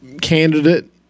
candidate